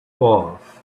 off